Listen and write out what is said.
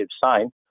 sign